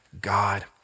God